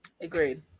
Agreed